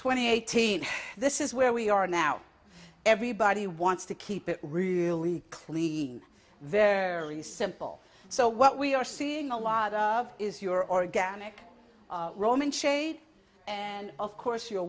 twenty eighteen this is where we are now everybody wants to keep it really clean very simple so what we are seeing a lot of is your organic roman shades and of course you